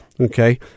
Okay